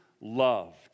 loved